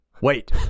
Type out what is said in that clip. Wait